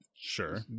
sure